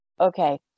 okay